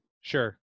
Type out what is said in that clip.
Sure